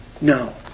No